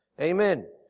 Amen